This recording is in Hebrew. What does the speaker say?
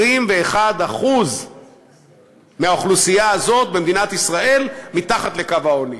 ש-21% מהאוכלוסייה הזאת במדינת ישראל מצויים מתחת לקו העוני.